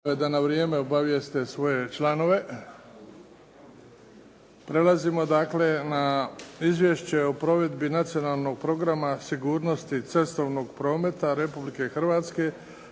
da na vrijeme obavijeste svoje članove. Prelazimo dakle na: - Izvješće o provedbi Nacionalnog programa sigurnosti cestovnog prometa Republike Hrvatske